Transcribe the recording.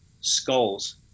skulls